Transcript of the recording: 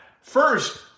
First